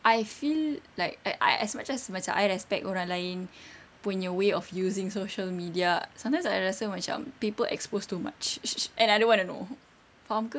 I feel like I I as much as macam I respect orang lain punya way of using social media sometimes I rasa macam people exposed too much and I don't want to know faham ke